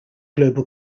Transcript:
global